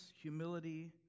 humility